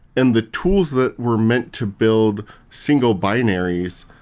and the tools that were meant to build single binaries,